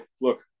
look